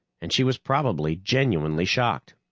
and she was probably genuinely shocked.